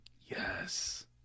Yes